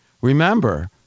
Remember